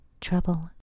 trouble